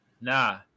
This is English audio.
Nah